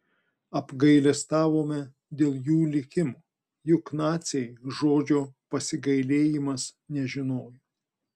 apgailestavome dėl jų likimo juk naciai žodžio pasigailėjimas nežinojo